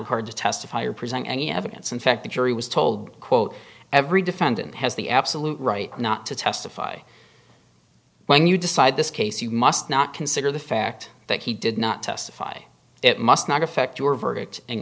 required to testify or present any evidence in fact the jury was told quote every defendant has the absolute right not to testify when you decide this case you must not consider the fact that he did not testify it must not affect your verdict in